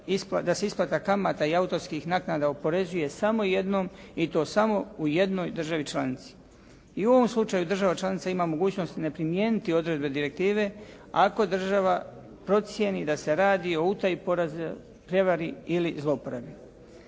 da se isplata kamata i autorskih naknada oporezuje samo jednom i to samo u jednoj državi članici. I u ovom slučaju država članica ima mogućnosti ne primijeniti odredbe direktive ako država procjeni da se radi o utaji, prijevari ili zlouporabi.